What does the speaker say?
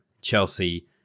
Chelsea